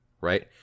right